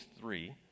three